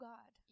God